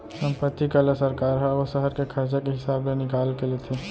संपत्ति कर ल सरकार ह ओ सहर के खरचा के हिसाब ले निकाल के लेथे